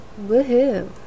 Woohoo